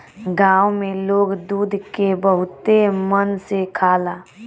गाँव में लोग दूध के बहुते मन से खाला